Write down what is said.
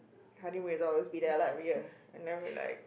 Hardy-Mirza will always be there like real and then we like